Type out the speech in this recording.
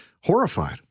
horrified